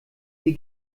hier